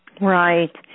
Right